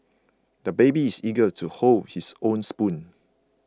the baby is eager to hold his own spoon